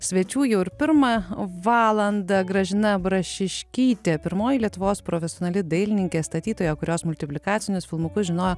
svečių jau ir pirmą valandą gražina brašiškytė pirmoji lietuvos profesionali dailininkė statytoja kurios multiplikacinius filmukus žinojo